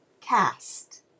Cast